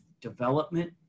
development